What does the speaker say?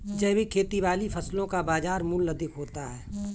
जैविक खेती वाली फसलों का बाजार मूल्य अधिक होता है